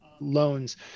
loans